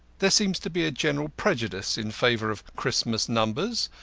there seems to be a general prejudice in favour of christmas numbers,